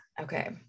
Okay